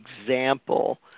example